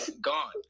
Gone